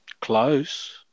close